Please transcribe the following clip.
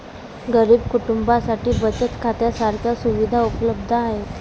गरीब कुटुंबांसाठी बचत खात्या सारख्या सुविधा उपलब्ध आहेत